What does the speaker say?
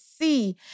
see